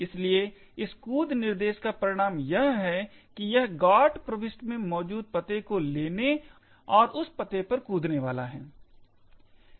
इसलिए इस कूद निर्देश का परिणाम यह है कि यह GOT प्रविष्टि में मौजूद पते को लेने और उस पते पर कूदने वाला है